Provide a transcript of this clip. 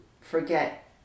forget